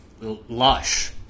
lush